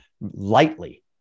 lightly